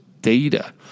data